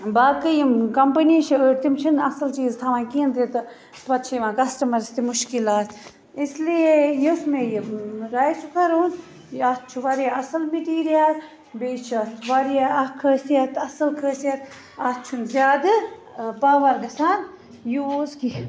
باقٕے یِم کمپٔنی چھےٚ أڑۍ تِم چھِنہٕ اَصٕل چیٖز تھاوان کِہیٖنۍ تہِ تہٕ پتہٕ چھِ یِوان کسٹٕمَرس تہِ مُشکِلات اِس لیے یُس مےٚ یہِ رایِس کُکر اوٚن یَتھ چھُ واریاہ اَصٕل مِٹیٖریَل بیٚیہِ چھِ اَتھ واریاہ اَکھ خٲصِیت اَصٕل خٲصِیت اَتھ چھُنہٕ زیادٕ پاوَر گَژھان یوٗز کینٛہہ